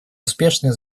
успешное